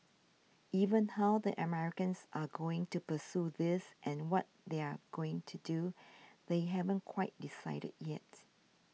even how the Americans are going to pursue this and what they're going to do they haven't quite decided yet